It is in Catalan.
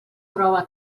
troba